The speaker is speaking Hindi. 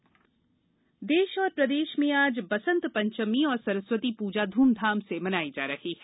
बसन्त पंचमी देश और प्रदेश में आज बसन्त पंचमी और सरस्वती पूजा ध्रमधाम से मनाई जा रही है